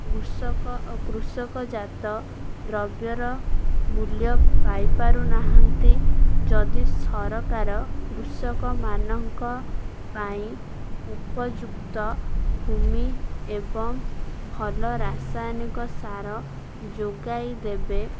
କୃଷକ କୃଷକଜାତ ଦ୍ରବ୍ୟର ମୂଲ୍ୟ ପାଇପାରୁ ନାହାନ୍ତି ଯଦି ସରକାର କୃଷକମାନଙ୍କ ପାଇଁ ଉପଯୁକ୍ତ ଭୂମି ଏବଂ ଭଲ ରାସାୟନିକ ସାର ଯୋଗାଇଦେବେ